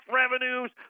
revenues